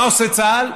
מה עושה צה"ל?